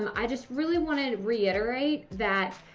um i just really wanted to reiterate that.